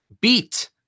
beat